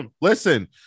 Listen